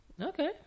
Okay